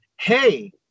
hey